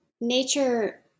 nature